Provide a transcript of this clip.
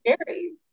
scary